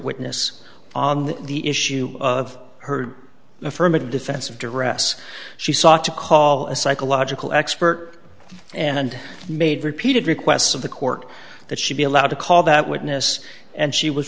witness on the issue of her affirmative defense of directs she sought to call a psychological expert and made repeated requests of the court that she be allowed to call that witness and she was